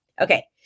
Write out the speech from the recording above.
Okay